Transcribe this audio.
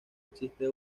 existe